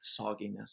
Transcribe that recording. sogginess